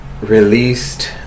released